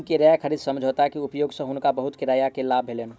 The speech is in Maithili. किराया खरीद समझौता के उपयोग सँ हुनका बहुत किराया के लाभ भेलैन